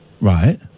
Right